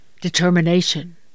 determination